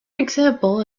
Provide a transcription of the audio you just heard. example